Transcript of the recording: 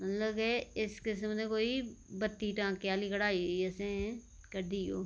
मतलब के इस किस्म दे कोई बत्ती टांके आहली कढाई असें कड्ढी हून